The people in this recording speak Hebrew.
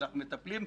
אנחנו מטפלים.